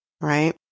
Right